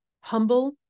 humble